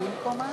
כך יהיה.